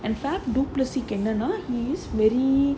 and fact duplesis என்னான்னா:ennannaa he is very